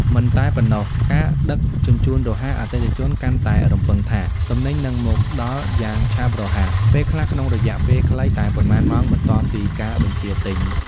មិនតែប៉ុណ្ណោះ ការដឹកជញ្ជូនរហ័ស អតិថិជនកាន់តែរំពឹងថាទំនិញនឹងមកដល់យ៉ាងឆាប់រហ័ស ពេលខ្លះក្នុងរយៈពេលតែប៉ុន្មានម៉ោងបន្ទាប់ពីការបញ្ជាទិញ។